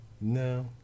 No